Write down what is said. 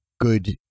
good